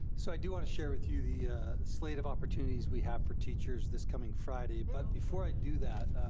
so i do want to share with you the slate of opportunities we have for teachers this coming friday, but before i do that,